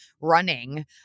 running